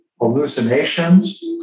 hallucinations